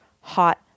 hot